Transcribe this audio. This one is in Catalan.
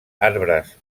arbres